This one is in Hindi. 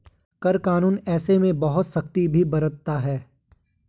कर कानून ऐसे में बहुत सख्ती भी बरतता है